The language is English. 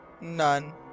none